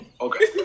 Okay